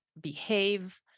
behave